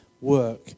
work